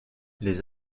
les